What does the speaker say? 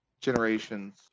generations